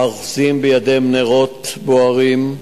האוחזים בידיהם נרות בוערים.